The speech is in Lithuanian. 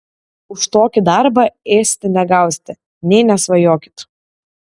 už tokį darbą ėsti negausite nė nesvajokit